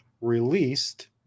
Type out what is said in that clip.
released